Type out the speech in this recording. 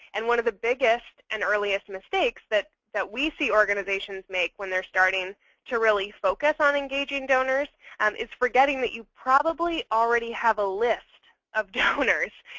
and one of the biggest and earliest mistakes that that we see organizations make when they're starting to really focus on engaging donors um is forgetting that you probably already have a list of donors.